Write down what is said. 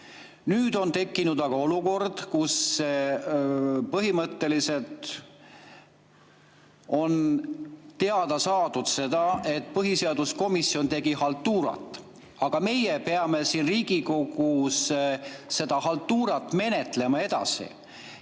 Nüüd aga on tekkinud olukord, kus põhimõtteliselt on teada saadud, et põhiseaduskomisjon on teinud haltuurat, aga meie peame siin Riigikogus seda haltuurat edasi